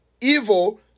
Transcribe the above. evil